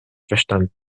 verstanden